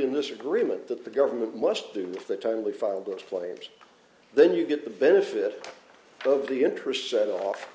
in this agreement that the government must do the timely filed which claims then you get the benefit of the interest set off